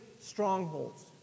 strongholds